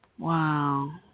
Wow